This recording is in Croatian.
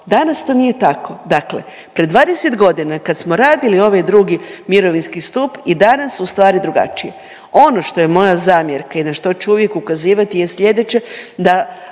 Danas to nije tako. Dakle, pred 20 godina kad smo radili ovaj drugi mirovinski stup i danas ustvari drugačije. Ono što je moja zamjerka i na što ću uvijek ukazivati je sljedeće,